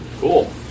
Cool